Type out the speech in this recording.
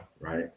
right